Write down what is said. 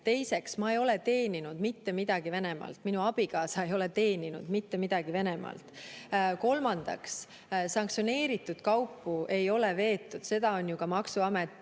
Teiseks, ma ei ole teeninud mitte midagi Venemaalt, minu abikaasa ei ole teeninud mitte midagi Venemaalt. Kolmandaks, sanktsioneeritud kaupu ei ole veetud, seda on ju ka maksuamet